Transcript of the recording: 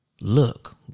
Look